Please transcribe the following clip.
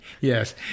Yes